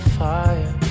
fire